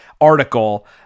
article